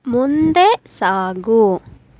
ಮುಂದೆ ಸಾಗು